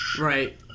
Right